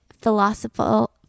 philosophical